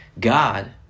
God